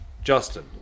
Justin